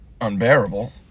unbearable